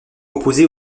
opposée